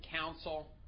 Council